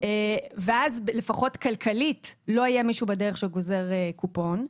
ואז לפחות כלכלית לא יהיה מישהו בדרך שגוזר קופון,